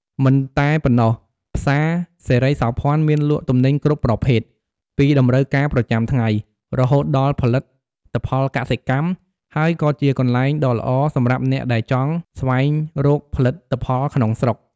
មិនតែប៉ុណ្ណោះផ្សារសិរីសោភ័ណមានលក់ទំនិញគ្រប់ប្រភេទ ពីតម្រូវការប្រចាំថ្ងៃ រហូតដល់ផលិតផលកសិកម្ម ហើយក៏ជាកន្លែងដ៏ល្អសម្រាប់អ្នកដែលចង់ស្វែងរកផលិតផលក្នុងស្រុក។